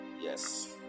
yes